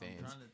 fans